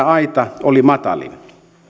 aita oli matalin